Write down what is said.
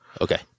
Okay